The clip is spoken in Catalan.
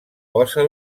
posa